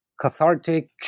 cathartic